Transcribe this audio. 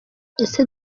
ese